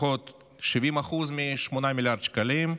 לפחות 70% מ-8 מיליארד שקלים,